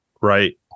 Right